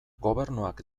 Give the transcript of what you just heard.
gobernuak